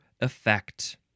effect